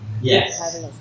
Yes